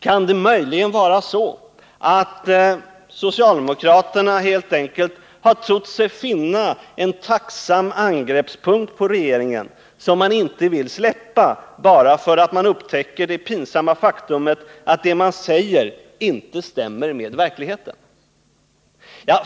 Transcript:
Kan det möjligen vara så, att socialdemokraterna helt enkelt har trott sig finna en tacksam angreppspunkt för att komma åt regeringen som de inte vill släppa bara för att de upptäcker det pinsamma faktum att vad de säger inte stämmer med verkligheten?